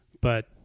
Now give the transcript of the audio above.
but-